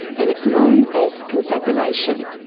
and it's known as confabulation.